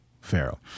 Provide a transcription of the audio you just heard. Pharaoh